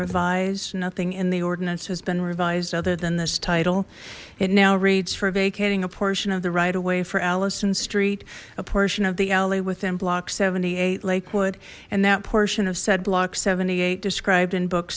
revised nothing in the ordinance has been revised other than this title it now reads for vacating a portion of the right away for allison street a portion of the alley within block seventy eight lakewood and that portion of said block seventy eight described in book